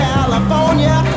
California